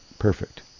Perfect